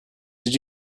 did